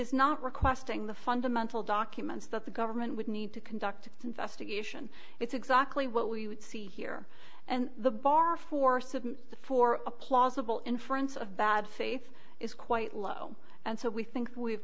is not requesting the fundamental documents that the government would need to conduct its investigation it's exactly what we would see here and the bar for student for a plausible inference of bad faith is quite low and so we think we have